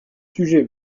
sujet